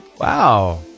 Wow